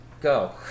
go